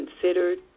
considered